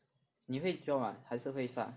你会 drop mah 还是会上